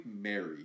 Mary